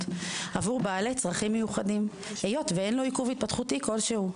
עבור בעלי צרכים מיוחדים היות ואין לו עיכוב התפתחותי כלשהו.